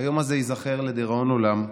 היום הזה ייזכר, לדיראון עולם.